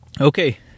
Okay